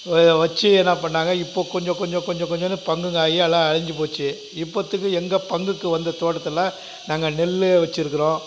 வச்சு என்ன பண்ணிணாங்க இப்போ கொஞ்சம் கொஞ்சம் கொஞ்சம்னு பங்குங்கள் ஆகி எல்லாம் அழிஞ்சி போச்சு இப்போதைக்கு எங்கள் பங்குக்கு வந்த தோட்டத்தில் நாங்கள் நெல் வச்சுருக்குறோம்